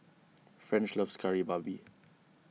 French loves Kari Babi